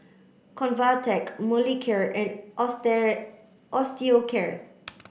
Convatec Molicare and Osteocare